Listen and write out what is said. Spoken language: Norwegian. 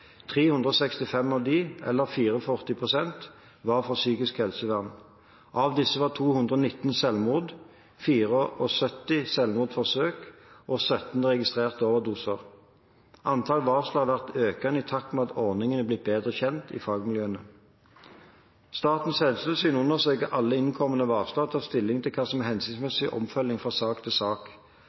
365 av dem, eller 44 pst., var fra psykisk helsevern. Av disse var 219 selvmord, 74 selvmordsforsøk og 17 registrert som overdose. Antallet varsler har vært økende i takt med at ordningen har blitt bedre kjent i fagmiljøene. Statens helsetilsyn undersøker alle innkomne varsler og tar stilling til hva som er hensiktsmessig oppfølging fra sak til sak.